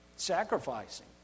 sacrificing